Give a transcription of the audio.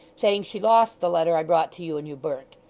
saying she lost the letter i brought to you, and you burnt.